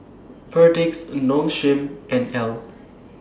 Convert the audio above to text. Perdix Nong Shim and Elle